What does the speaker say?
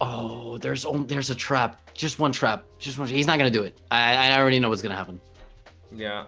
oh there's only there's a trap just one trap just wanna he's not gonna do it i i i already know what's gonna happen yeah